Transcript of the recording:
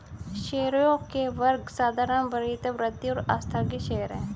शेयरों के वर्ग साधारण, वरीयता, वृद्धि और आस्थगित शेयर हैं